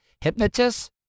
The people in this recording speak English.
hypnotist